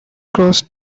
crossed